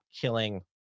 killing